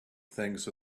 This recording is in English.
things